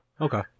okay